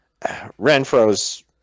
Renfro's